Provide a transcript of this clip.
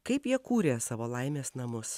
kaip jie kūrė savo laimės namus